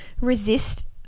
resist